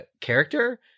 character